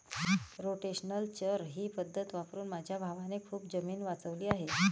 rotational चर ही पद्धत वापरून माझ्या भावाने खूप जमीन वाचवली आहे